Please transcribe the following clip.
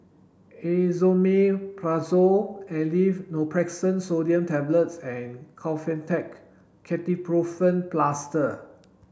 Esomeprazole Aleve Naproxen Sodium Tablets and Kefentech Ketoprofen Plaster